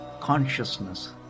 consciousness